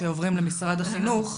כשעוברים למשרד החינוך.